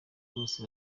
bose